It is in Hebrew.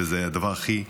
וזה דבר הכי,